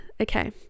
Okay